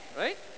right